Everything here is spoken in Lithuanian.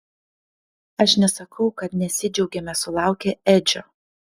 aš nesakau kad nesidžiaugėme sulaukę edžio